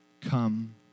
come